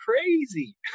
crazy